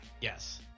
Yes